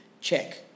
check